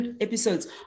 episodes